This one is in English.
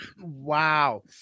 Wow